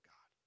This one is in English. God